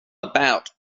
about